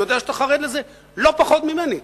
ואני יודע שאתה חרד מזה לא פחות ממני: